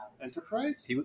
Enterprise